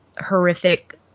horrific